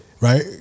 Right